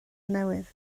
newydd